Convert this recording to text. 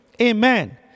Amen